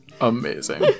Amazing